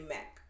Mac